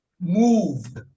moved